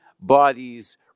bodies